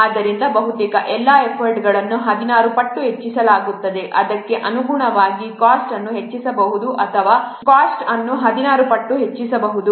ಆದ್ದರಿಂದ ಬಹುತೇಕ ಎಲ್ಲಾ ಎಫರ್ಟ್ಗಳನ್ನು 16 ಪಟ್ಟು ಹೆಚ್ಚಿಸಲಾಗುತ್ತದೆ ಅದಕ್ಕೆ ಅನುಗುಣವಾಗಿ ಕಾಸ್ಟ್ ಅನ್ನು ಹೆಚ್ಚಿಸಬಹುದು ಅಥವಾ ಕಾಸ್ಟ್ ಅನ್ನು 16 ಪಟ್ಟು ಹೆಚ್ಚಿಸಬಹುದು